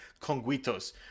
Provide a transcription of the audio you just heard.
Conguitos